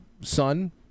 son